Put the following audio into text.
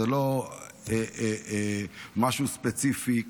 זה לא משהו ספציפי,